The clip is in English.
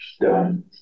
done